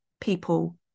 people